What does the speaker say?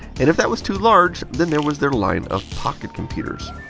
and if that was too large, then there was their line of pocket computers.